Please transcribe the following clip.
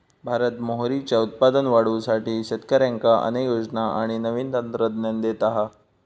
भारत मोहरीचा उत्पादन वाढवुसाठी शेतकऱ्यांका अनेक योजना आणि नवीन तंत्रज्ञान देता हा